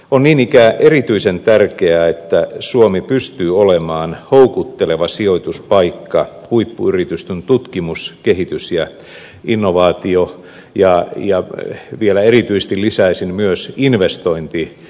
on niin ikään erityisen tärkeää että suomi pystyy olemaan houkutteleva sijoituspaikka huippuyritysten tutkimus kehitys ja innovaatio ja vielä erityisesti lisäisin myös investointitoiminnalle